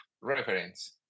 reference